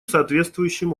соответствующим